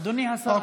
אדוני השר,